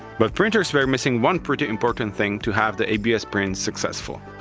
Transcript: but printers were missing one pretty important thing to have the abs prints successful.